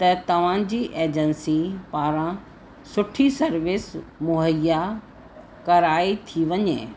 त तव्हांजी एजंसी पारां सुठी सर्विस मुहैया कराए थी वञे